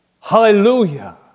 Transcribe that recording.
Hallelujah